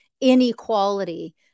inequality